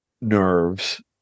nerves